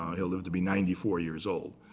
he'll live to be ninety four years old.